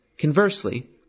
Conversely